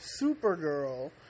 Supergirl